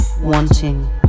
wanting